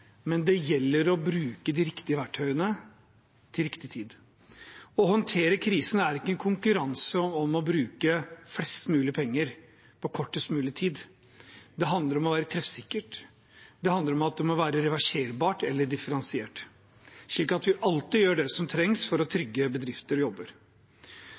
men det gjelder å bruke de riktige verktøyene til riktig tid. Å håndtere krisen er ikke en konkurranse om å bruke mest mulig penger på kortest mulig tid. Det handler om å være treffsikker og om at det må være reversibelt og differensiert, slik at vi alltid gjør det som trengs for å trygge bedrifter og jobber.